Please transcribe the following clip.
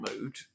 mood